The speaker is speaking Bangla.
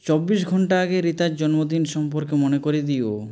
চব্বিশ ঘন্টা আগে রিতার জন্মদিন সম্পর্কে মনে করিয়ে দিও